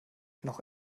noch